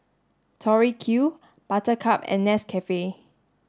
Tori Q Buttercup and Nescafe